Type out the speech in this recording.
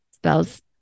spells